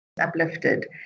uplifted